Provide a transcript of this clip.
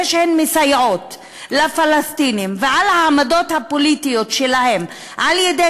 שהן מסייעות לפלסטינים ועל העמדות הפוליטיות שלהן על-ידי